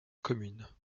commune